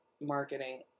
marketing